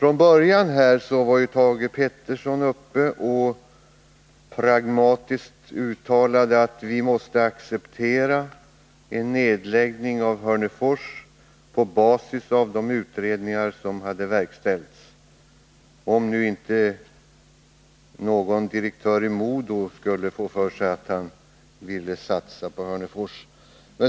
I början var ju Thage Peterson uppe och gjorde ett pragmatiskt uttalande att vi på basis av de utredningar som har verkställts måste acceptera en nedläggning av Hörnefors, såvida inte någon direktör i MoDo skulle få för sig att han vill satsa på Hörnefors.